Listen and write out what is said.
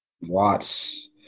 Watts